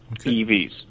EVs